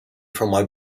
from